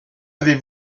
avez